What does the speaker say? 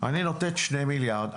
אני נותנת 2 מיליארד,